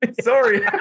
Sorry